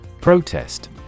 Protest